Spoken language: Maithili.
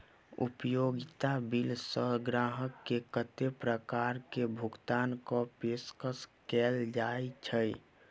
उपयोगिता बिल सऽ ग्राहक केँ कत्ते प्रकार केँ भुगतान कऽ पेशकश कैल जाय छै?